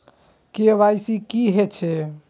KYC की हे छे?